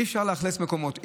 אי-אפשר לאכלס מקומות,